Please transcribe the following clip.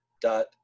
dot